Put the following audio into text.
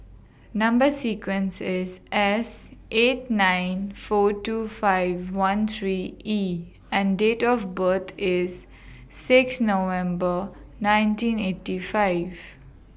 Number sequence IS S eight nine four two five one three E and Date of birth IS six November nineteen eighty five